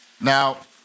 Now